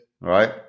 right